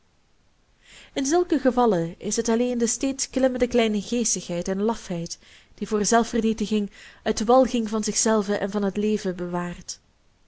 in zulke gevallen is het alleen de steeds klimmende kleingeestigheid en lafheid die voor zelfvernietiging uit walging van zich zelven en van het leven bewaart